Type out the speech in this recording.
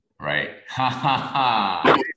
right